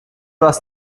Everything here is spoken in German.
was